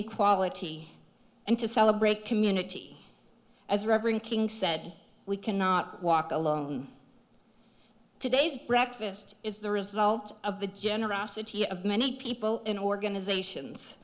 equality and to celebrate community as reverend king said we cannot walk alone today's breakfast is the result of the generosity of many people and organizations